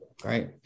Great